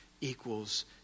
equals